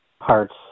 parts